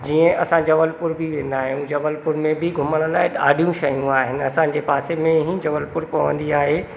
जीअं असां जबलपुर बि वेंदा आहियूं जबलपुर में बि घुमण जे लाइ ॾाढियूं शयूं आहिनि असांजे पासे में ई जबलपुर पवंदी आहे